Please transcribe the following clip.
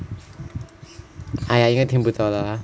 !aiya! 应该听不到 lah